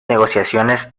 negociaciones